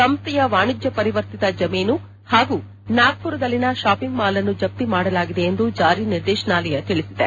ಸಂಸ್ಥೆಯ ವಾಣಿಜ್ವ ಪರಿವರ್ತಿತ ಜಮೀನು ಹಾಗೂ ನಾಗ್ದುರದಲ್ಲಿನ ಶಾಪಿಂಗ್ ಮಾಲ್ ಅನ್ನು ಜಪ್ತಿ ಮಾಡಲಾಗಿದೆ ಎಂದು ಜಾರಿ ನಿರ್ದೇಶನಾಲಯ ತಿಳಿಸಿದೆ